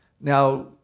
Now